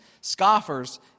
scoffers